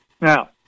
Now